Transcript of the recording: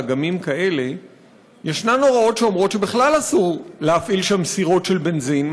באגמים כאלה ישנן הוראות שאומרות שבכלל אסור להפעיל שם סירות של בנזין,